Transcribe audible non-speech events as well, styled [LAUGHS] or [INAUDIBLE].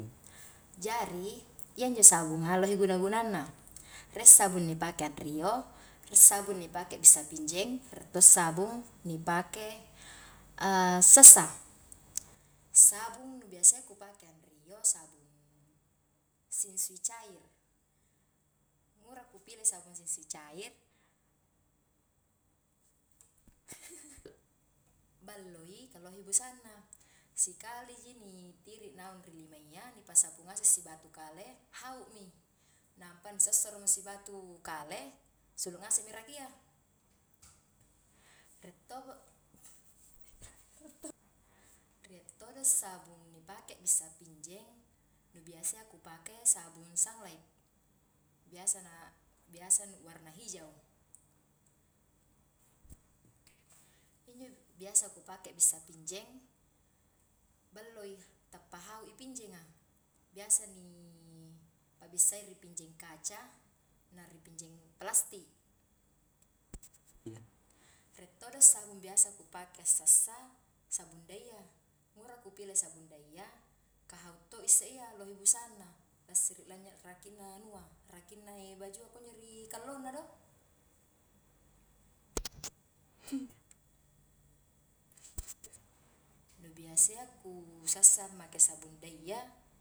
Jari, iya injo sabunga lohe guna-gunangna, rie sabung ni pake anrio, rie sabung ni pake bissa pinjeng, rie to sabung ni pake [HESITATION] sassa, sabung nu biasaya ku pake anrio, sabung sinsui cair, ngura ku pile sabung sinsui cair, [LAUGHS] balloi ka lohe busanna, sikaliji ni tiri naung ri limayya ni pasapu ngase sibatu kale haumi, nampa nu sossoro sibatu kale sulu ngasemi rakia, rie toho, [LAUGHS] rie todo sabung ni pake bissa pinjeng nu biasaya ku pake sabung sanglait, biasa na biasa nu warna hijau, injo biasa ku pake bissa pinjeng balloi tappa haui pinjeng a, biasa ni pabbisai ri pinjeng kaca, na ri pinjeng plastik, [NOISE] rie todo sabung biasa ku pake sassa, sabun dayya, ngura ku pile sabung dayya ka hau to isse iya, lohe busanna, lassiri lannya rakinna anua rakinna [HESITATION] bajua kunjo ri kallongna do, [LAUGHS] nu biasayya ku sassa make sabun dayya.